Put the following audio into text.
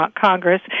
Congress